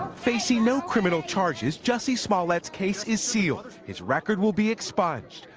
facing no criminal charges, jussie smollett's case is sealed. his record will be expunged.